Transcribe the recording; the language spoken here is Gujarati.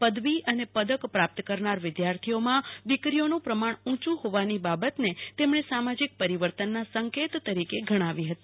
પદવી અને પદક પ્રાપ્ત કરનાર વિદ્યાથીઓમાં દીકરીઓ નું પ્રમાણ ઊંચું હોવાની બાબત ને તેમણે સામાજિક પરીવર્તન ના સંકેત તરીકે ગણાવી હતી